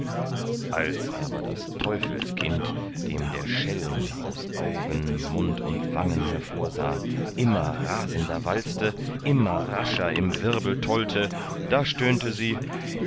als aber das teufelskind dem der schelm aus augen mund und wangen hervorsah immer rasender walzte immer rascher im wirbel tollte da stöhnte sie